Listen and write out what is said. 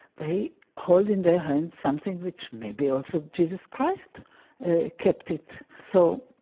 they hold in their hands something which maybe also jesus christ kept it. so,